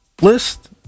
list